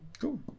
cool